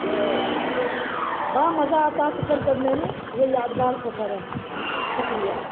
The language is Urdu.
تو بڑا مزہ آتا ہے سفر کرنے میں یہ یادگار سفر ہے شکریہ